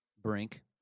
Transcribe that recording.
brink